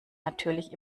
natürlich